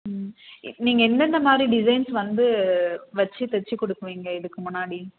ம் நீங்கள் எந்தெந்தமாதிரி டிசைன்ஸ் வந்து வெச்சி தைத்து கொடுப்பிங்க இதுக்கு முன்னாடி